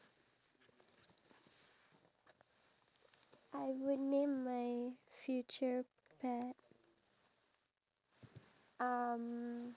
so yes so I have the right to name them whatever name I want I will make sure one day I will